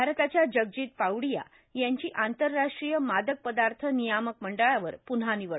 भारताच्या जगजित पावडीया यांची आंतरराष्ट्रीय मादक पदार्थ नियामक मंडळावर पुन्हा निवड